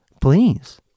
please